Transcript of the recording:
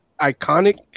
iconic